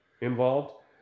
involved